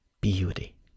beauty